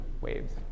waves